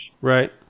Right